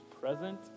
present